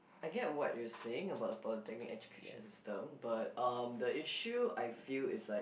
I get what you're saying about the polytechnic education system but um the issue I feel is like